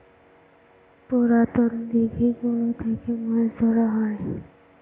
পুরাতন দিঘি গুলো থেকে মাছ ধরা হয়